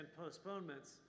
postponements